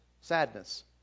sadness